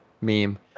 meme